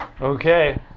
Okay